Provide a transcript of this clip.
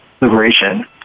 liberation